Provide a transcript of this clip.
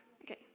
Okay